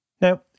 Now